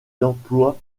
d’emploi